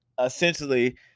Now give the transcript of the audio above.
essentially